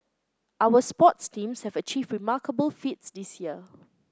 our sports teams have achieved remarkable feats this year